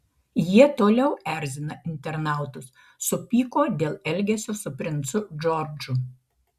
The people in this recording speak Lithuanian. jie toliau erzina internautus supyko dėl elgesio su princu džordžu